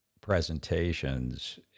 presentations